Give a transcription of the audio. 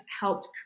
helped